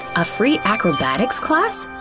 a free acrobatics class?